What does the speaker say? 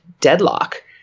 deadlock